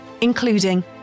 including